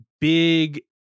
big